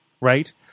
Right